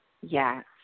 Yes